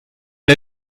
der